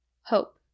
Hope